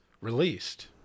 released